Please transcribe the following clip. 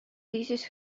thesis